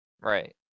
Right